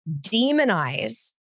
demonize